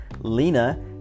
Lena